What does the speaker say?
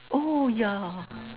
oh ya